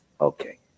Okay